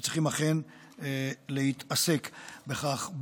וצריכים אכן להתעסק בכך.